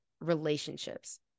relationships